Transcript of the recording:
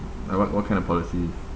like what what kind of policy